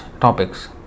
topics